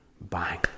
Bang